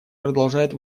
продолжает